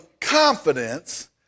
confidence